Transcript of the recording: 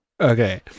Okay